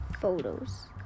photos